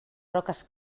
roques